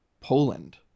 Poland